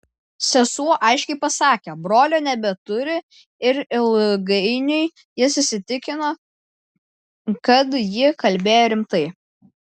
sesuo aiškiai pasakė brolio nebeturi ir ilgainiui jis įsitikino kad ji kalbėjo rimtai